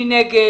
מי נגד?